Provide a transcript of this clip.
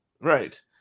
Right